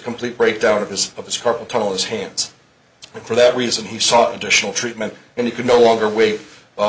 complete breakdown of his of his carpal tunnel his hands for that reason he saw additional treatment and he could no longer wait